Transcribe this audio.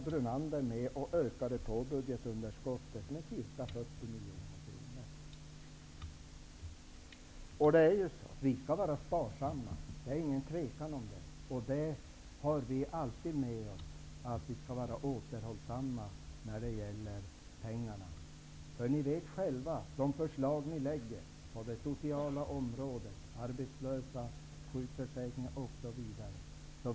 Brunander med och ökade budgetunderskottet med ca 40 miljoner kronor. Det är inget tvivel om att vi skall vara sparsamma. Vi har alltid i åtanke att vi skall vara återhållsamma med pengar. Ni vet själva vilka förslag ni lägger fram på det sociala området när det gäller arbetslöshet, sjukförsäkringar m.m.